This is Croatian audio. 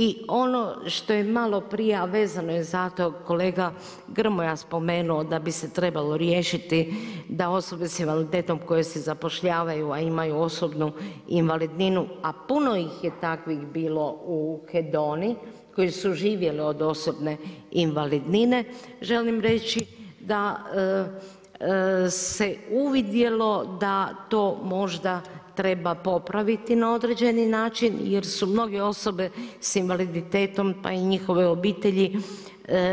I ono što je malo prije, a vezano je za to, kolega Grmoja spomenuo da bi se trebalo riješiti, da osobe s invaliditetom, koje se zapošljavaju, a imaju osobnu invalidninu, a puno ih je takvih bilo u Hedoni, koji su živjeli od osobne invalidnine, želim reći, da se uvidjelo da to možda treba popraviti na određeni način, jer su mnoge osobe s invaliditetom, pa i njihove obitelji,